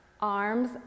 Arms